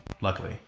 luckily